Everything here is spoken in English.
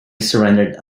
surrendered